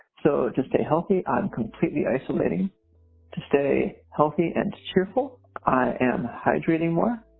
so just stay healthy. i'm completely isolating to stay healthy and cheerful and hydrating more,